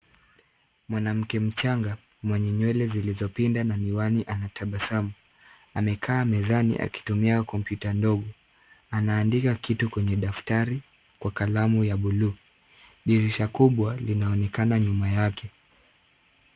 Mwanamke mchanga mwenye nywele zilizopinda na miwani anatabasamu, Anakaa mezani akitumia komyuta ndogo. Anaandika kitu kwenye daftari kwa kalamu ya buluu. Dirisha kubwa linaonekana nyuma yake.